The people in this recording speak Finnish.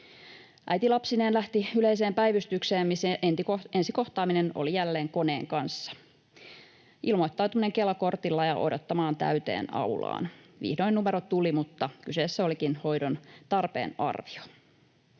Äiti lapsineen lähti yleiseen päivystykseen, missä ensi kohtaaminen oli jälleen koneen kanssa: ilmoittautuminen Kela-kortilla ja odottamaan täyteen aulaan. Vihdoin numero tuli, mutta kyseessä olikin hoidon tarpeen arvio.